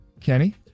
Kenny